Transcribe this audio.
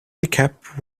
recap